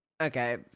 Okay